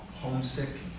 homesick